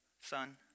son